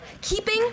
Keeping